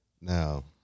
Now